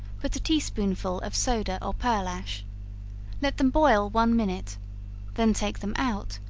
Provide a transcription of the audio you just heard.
put a tea-spoonful of soda or pearl-ash let them boil one minute then take them out,